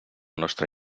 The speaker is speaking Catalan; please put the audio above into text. nostre